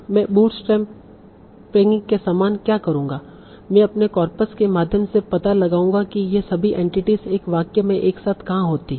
मैं बूटस्ट्रैपिंग के समान क्या करूंगा मैं अपने कॉर्पस के माध्यम से पता लगाऊंगा कि ये सभी एंटिटीस एक वाक्य में एक साथ कहां होती हैं